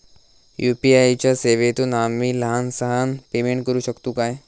UPI च्या सेवेतून आम्ही लहान सहान पेमेंट करू शकतू काय?